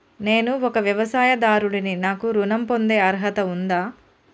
నేను ఒక వ్యవసాయదారుడిని నాకు ఋణం పొందే అర్హత ఉందా?